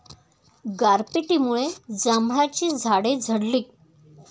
गारपिटीमुळे जांभळाची झाडे झडली